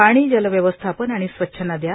पाणी जल व्यवस्थापन आणि स्वच्छ नदया